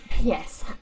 Yes